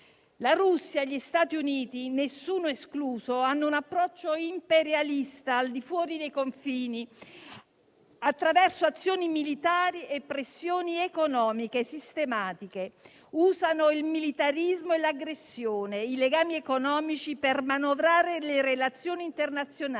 la Russia quanto gli Stati Uniti hanno un approccio imperialista al di fuori dei propri confini, attraverso azioni militari e pressioni economiche sistematiche; usano il militarismo, l'aggressione e i legami economici per manovrare le relazioni internazionali